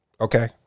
okay